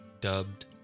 dubbed